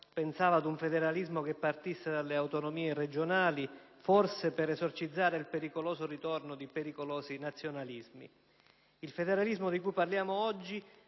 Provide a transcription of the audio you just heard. pensava ad un federalismo che partisse dalle autonomie regionali, forse per esorcizzare il pericoloso ritorno di pericolosi nazionalismi. Il federalismo di cui parliamo oggi